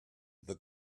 that